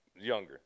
Younger